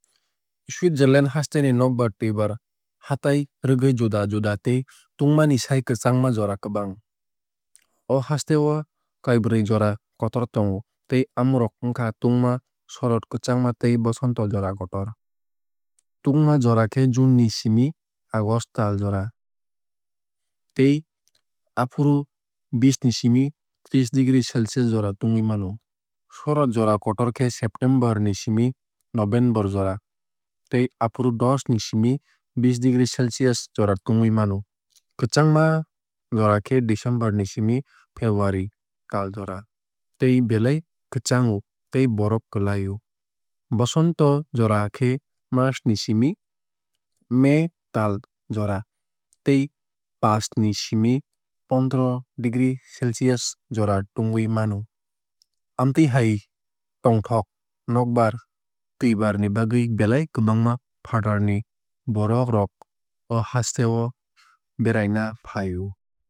Switzerland haste ni nokbar twuibar hatai rwgui juda juda tei tungmani sai kwchangma jora kwbang. O haste o kaibrui jora kotor tongo tei amorok wngkha tungma shorod kwchangma tei bosonto jora kotor. Tungma jora khe june ni simi august tal jora tei afuru bish ni simi treesh degree celcius jora tungui mano. Shorod jora kotor khe september ni simi november jora tei afuru dosh ni simi bish degree celcius jora tungui mano. Kwchangma jora khe december ni simi february tal jora tei belai kwchango tei borof klai o. Bosonto jora khe march ni simi may tal jora tei pash ni simi pondoroh degree celcius jora tungui mano. Amtui hai tongthok nokbar twuibar ni bagwui belai kwbangma fatar ni borok rok o hasteo beraina fai o.